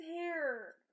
hair